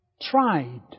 tried